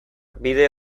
bide